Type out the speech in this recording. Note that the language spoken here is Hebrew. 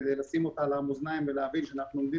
כדי לשים אותה על המאזניים ולהבין שאנחנו עומדים